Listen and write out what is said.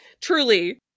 Truly